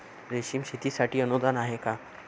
रेशीम शेतीसाठी अनुदान आहे का?